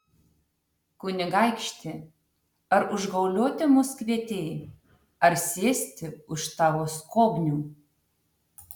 kunigaikšti ar užgaulioti mus kvietei ar sėsti už tavo skobnių